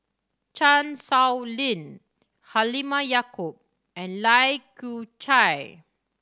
Chan Sow Lin Halimah Yacob and Lai Kew Chai